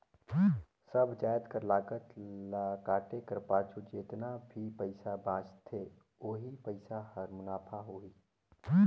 सब जाएत कर लागत ल काटे कर पाछू जेतना भी पइसा बांचथे ओही पइसा हर मुनाफा होही